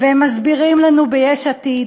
והם מסבירים לנו ביש עתיד,